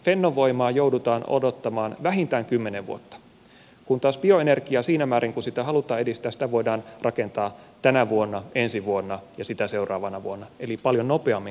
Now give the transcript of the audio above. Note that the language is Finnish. fennovoimaa joudutaan odottamaan vähintään kymmenen vuotta kun taas bioenergiaa siinä määrin kuin sitä halutaan edistää voidaan rakentaa tänä vuonna ensi vuonna ja sitä seuraavana vuonna eli paljon nopeammin kuin fennovoimaa